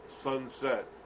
sunset